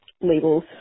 labels